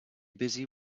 busy